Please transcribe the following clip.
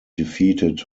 defeated